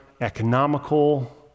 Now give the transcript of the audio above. economical